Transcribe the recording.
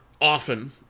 often